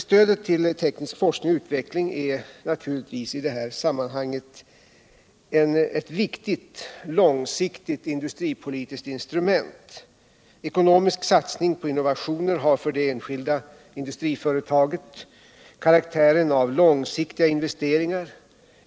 Stödet till teknisk forskning och utveckling är i det här sammanhanget naturligtvis ett viktigt långsiktigt industripolitiskt instrument. Ekonomisk satsning på innovationer har för det enskilda industriföretaget karaktären av långsiktiga investeringar.